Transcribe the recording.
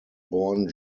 born